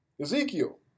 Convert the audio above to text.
Ezekiel